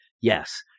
Yes